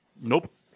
Nope